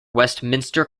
westminster